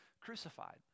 crucified